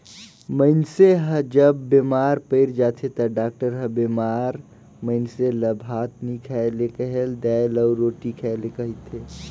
मइनसे जब बेमार पइर जाथे ता डॉक्टर हर बेमार मइनसे ल भात नी खाए ले कहेल, दाएल अउ रोटी खाए ले कहथे